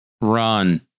run